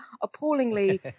appallingly